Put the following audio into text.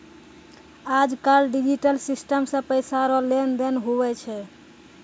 आज कल digital system से पैसा रो लेन देन हुवै छै